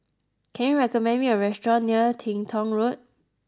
can you recommend me a restaurant near Teng Tong Road